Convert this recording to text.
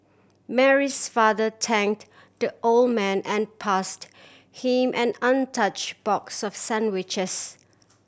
Mary's father thank the old man and passed him an untouch box of sandwiches